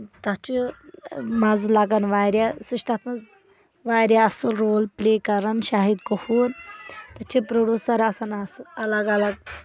تَتھ چھُ مَزٕ لگان واریاہ سُہ چھُ تَتھ منٛز واریاہ اَصٕل رول پلے کَران شاہد کفور تَتھ چھِ پروڈیوسر آسان الگ الگ